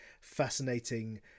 fascinating